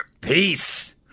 Peace